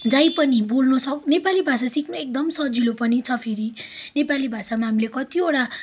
जाहीँ पनि बोल्नुसक्ने नेपाली भाषा सिक्नु एकदम सजिलो पनि छ फेरि नेपाली भाषामा हामीले कतिवटा